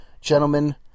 Gentlemen